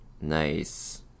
Nice